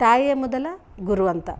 ತಾಯಿಯೇ ಮೊದಲ ಗುರು ಅಂತ